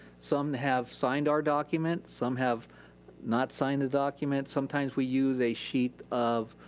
some have signed our documents. some have not signed a document. sometimes we use a sheet of,